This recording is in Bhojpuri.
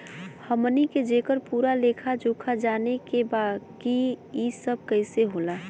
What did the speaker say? हमनी के जेकर पूरा लेखा जोखा जाने के बा की ई सब कैसे होला?